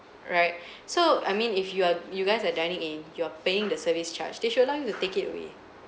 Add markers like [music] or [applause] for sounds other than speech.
right [breath] so I mean if you are you guys are dining in you are paying the service charge they should allow you to take it away